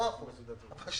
10% בערך.